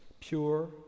pure